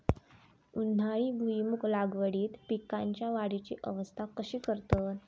उन्हाळी भुईमूग लागवडीत पीकांच्या वाढीची अवस्था कशी करतत?